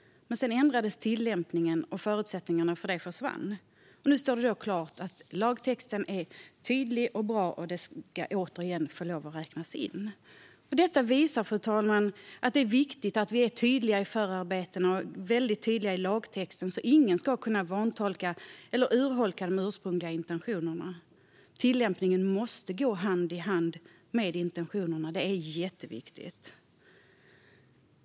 Men sedan ändrades tillämpningen, och förutsättningarna försvann. Nu står det då klart att lagtexten är tydlig och bra, och sondmatning ska återigen få lov att räknas in. Fru talman! Det visar hur viktigt det är att vi är tydliga i förarbetena och lagtexten så att ingen ska kunna vantolka eller urholka de ursprungliga intentionerna. Tillämpningen måste gå hand i hand med intentionerna; det är jätteviktigt.